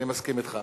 אני מסכים אתך.